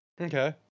Okay